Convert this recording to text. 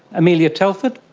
amelia telford.